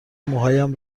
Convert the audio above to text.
موهایم